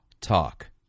talk